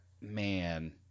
Man